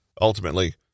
Ultimately